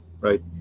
right